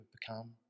become